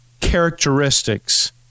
characteristics